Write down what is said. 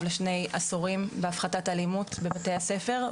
לשני עשורים בהפחתת אלימות בבתי הספר,